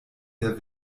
der